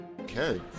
Okay